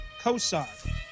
Kosar